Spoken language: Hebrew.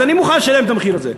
אז אני מוכן לשלם את המחיר הזה.